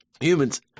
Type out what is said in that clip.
humans